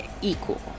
equal